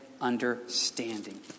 understanding